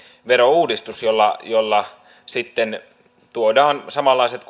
verouudistus jolla sitten tuodaan samanlaiset